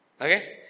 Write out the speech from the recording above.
Okay